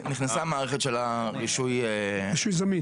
נכנסה המערכת של רישוי זמין,